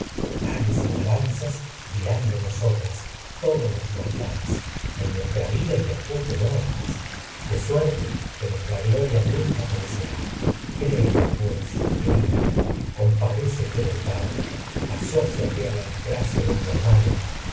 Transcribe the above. por su varonil entereza tales alaban los mortales en nuestra vida zas dirán de nosotras todos y después de muertas de suerte que nuestra gloria nunca perecerá créeme pues querida compádecete del padre asocíate a la yo desgracia de tu hermano